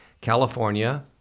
California